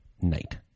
night